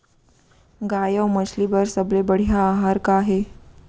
गाय अऊ मछली बर सबले बढ़िया आहार का हे?